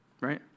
Right